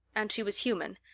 and she was human,